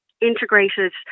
integrated